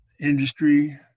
industry